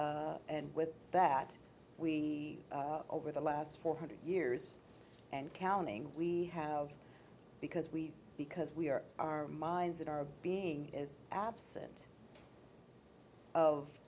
and with that we over the last four hundred years and counting we have because we because we are our minds and our being is absent of